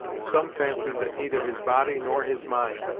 some fancied that neither his body, nor his mind,